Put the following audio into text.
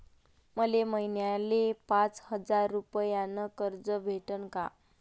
मले महिन्याले पाच हजार रुपयानं कर्ज भेटन का?